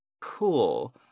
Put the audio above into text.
cool